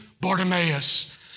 Bartimaeus